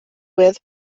with